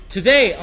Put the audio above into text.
Today